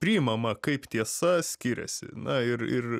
priimama kaip tiesa skiriasi na ir ir